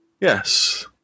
Yes